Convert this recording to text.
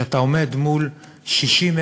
שאתה עומד מול 60,000